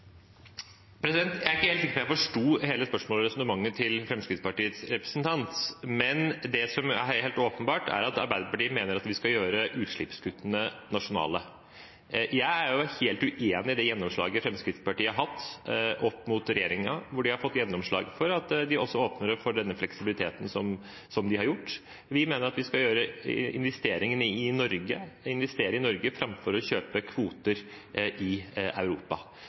Jeg er ikke helt sikker på om jeg forsto hele spørsmålet og resonnementet til Fremskrittspartiets representant. Men det som er helt åpenbart, er at Arbeiderpartiet mener at vi skal gjøre utslippskuttene nasjonale. Jeg er helt uenig i det gjennomslaget Fremskrittspartiet har fått opp mot regjeringen, om at de også åpner for denne fleksibiliteten. Vi mener at vi skal investere i Norge framfor å kjøpe kvoter i Europa.